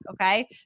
okay